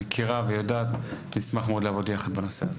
מכירה ויודעת ונשמח מאוד לעבוד יחד בנושא הזה.